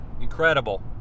Incredible